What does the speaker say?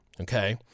okay